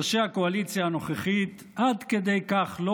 ראשי הקואליציה הנוכחית עד כדי כך לא